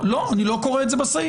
לא, אני לא קורא את זה בסעיף.